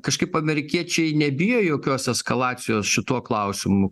kažkaip amerikiečiai nebijo jokios eskalacijos šituo klausimu